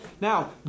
Now